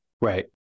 Right